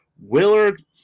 Willard